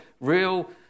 real